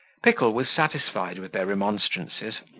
pickle was satisfied with their remonstrances,